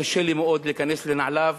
קשה לי מאוד להיכנס לנעליו.